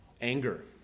Anger